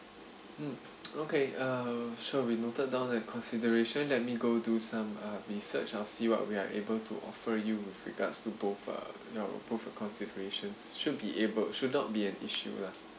mm okay uh sure we noted down the consideration let me go do some uh research I'll see what we are able to offer you with regards to both uh you know both your considerations should be able should not be an issue lah